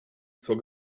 zur